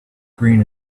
green